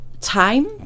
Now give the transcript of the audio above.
time